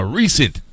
recent